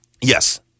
Yes